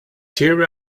tear